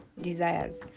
desires